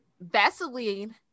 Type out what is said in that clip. vaseline